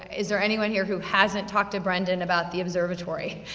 is there anyone here who hasn't talked to brendan about the observatory?